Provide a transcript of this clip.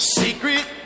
secret